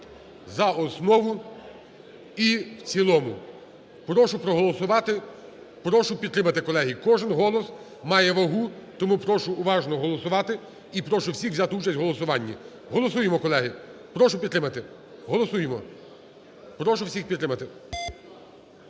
за основу і в цілому. Прошу проголосувати, прошу підтримати, колеги, кожен голос має вагу, тому прошу уважно голосувати і прошу всіх взяти участь в голосуванні. Голосуємо, колеги! Прошу підтримати, голосуємо! Прошу всіх підтримати.